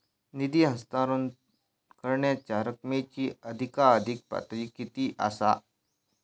निधी हस्तांतरण करण्यांच्या रकमेची अधिकाधिक पातळी किती असात?